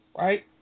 right